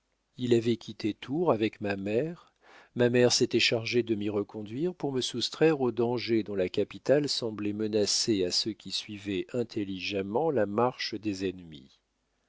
il avait quitté tours avec ma mère ma mère s'était chargée de m'y reconduire pour me soustraire aux dangers dont la capitale semblait menacée à ceux qui suivaient intelligemment la marche des ennemis